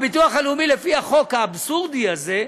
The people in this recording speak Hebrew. הביטוח הלאומי, לפי החוק האבסורדי הזה,